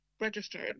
registered